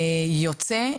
יוצא,